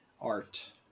art